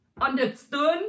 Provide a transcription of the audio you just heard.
Understood